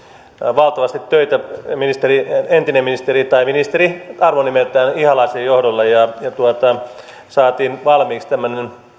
valtavasti töitä entisen ministeri tai ministeri arvonimeltään ihalaisen johdolla ja saatiin valmiiksi tämmöinen